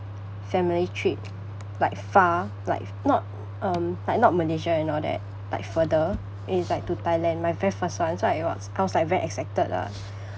family trip like far like f~ not um like not Malaysia and all that like further is like to Thailand my very first one so I was I was very excited lah